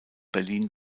berlin